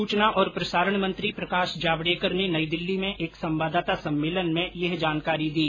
सूचना और प्रसारण मंत्री प्रकाश जावड़ेकर ने नई दिल्ली में एक संवाददाता सम्मेलन में यह जानकारी दी